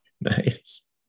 Nice